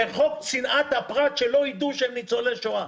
חוק צנעת הפרט לא ידעו שהם ניצולי שואה.